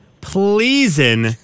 pleasing